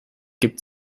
gibt